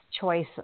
choice